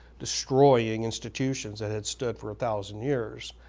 destroying institutions that had stood for a thousand years,